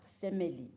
family